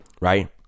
right